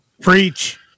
Preach